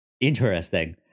Interesting